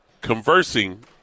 conversing